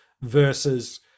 versus